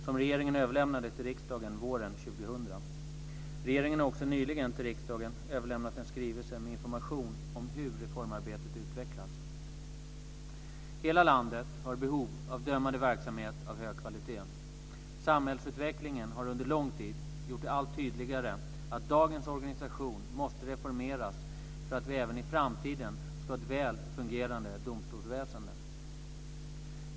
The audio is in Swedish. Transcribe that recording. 1999 01:112). Hela landet har behov av dömande verksamhet av hög kvalitet. Samhällsutvecklingen har under lång tid gjort det allt tydligare att dagens organisation måste reformeras för att vi även i framtiden ska ha ett väl fungerande domstolsväsende.